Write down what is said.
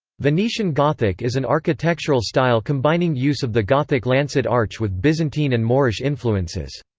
venetian gothic is an architectural style combining use of the gothic lancet arch with byzantine and moorish influences.